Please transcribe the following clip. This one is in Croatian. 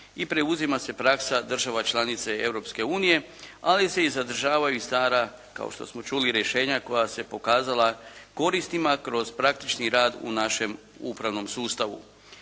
i preuzima se praksa država članica Europske unije, ali se i zadržavaju stara kao što smo čuli rješenja koja su se pokazala korisnima kroz praktični rad u našem upravnom sustavu.